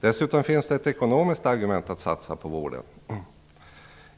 Dessutom finns det ett ekonomiskt argument att satsa på vården.